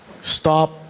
Stop